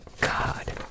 God